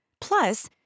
Plus